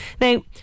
Now